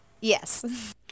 Yes